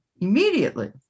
immediately